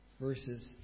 verses